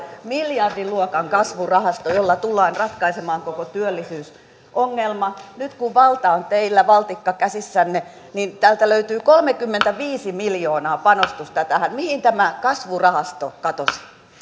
miljardiluokan kasvurahasto jolla tullaan ratkaisemaan koko työllisyysongelma niin nyt kun valta on teillä valtikka käsissänne niin täältä löytyy kolmekymmentäviisi miljoonaa panostusta tähän mihin tämä kasvurahasto katosi